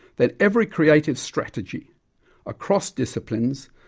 that every creative strategy across disciplines,